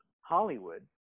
Hollywood